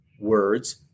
words